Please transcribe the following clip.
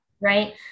Right